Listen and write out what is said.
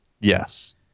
yes